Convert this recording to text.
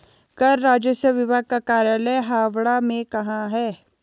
कर राजस्व विभाग का कार्यालय हावड़ा में कहाँ है?